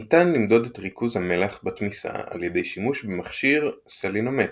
ניתן למדוד את ריכוז המלח בתמיסה על ידי שימוש במכשיר סלינומטר.